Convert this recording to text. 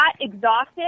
exhausted